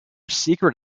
secret